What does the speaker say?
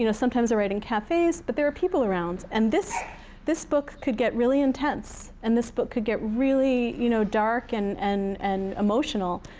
you know sometimes, i write in cafes, but there are people around. and this this book could get really intense, and this book could get really you know dark and and and emotional.